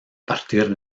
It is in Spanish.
partir